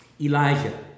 Elijah